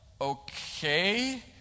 Okay